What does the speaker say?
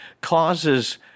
causes